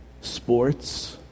Sports